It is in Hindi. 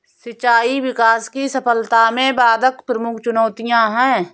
सिंचाई विकास की सफलता में बाधक प्रमुख चुनौतियाँ है